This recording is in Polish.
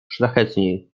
szlachetniej